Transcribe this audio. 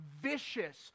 vicious